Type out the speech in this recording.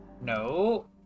no